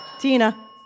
Tina